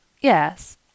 Yes